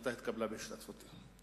ההחלטה התקבלה גם בהשתתפותי.